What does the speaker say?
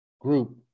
group –